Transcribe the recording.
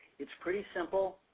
its pretty simple.